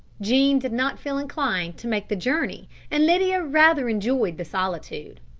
jean did not feel inclined to make the journey and lydia rather enjoyed the solitude.